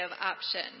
option